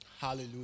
Hallelujah